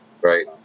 right